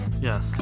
Yes